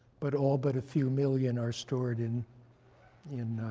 but all but a few million are stored in in